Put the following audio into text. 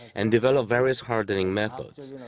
and developed various hardening methods.